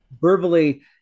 verbally